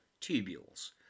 tubules